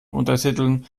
untertiteln